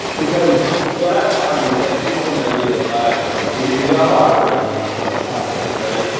because what i've found is that people in their everyday lives, like, we we all operate on, sort of, patterns right?